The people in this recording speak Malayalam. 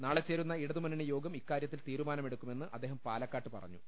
നാളെ ചേരുന്ന ഇട തുമുന്നണിയോഗം ഇക്കാര്യത്തിൽ തീരുമാനമെടുക്കുമെന്ന് അദ്ദേഹം പാലക്കാട്ട് പറഞ്ഞു